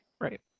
right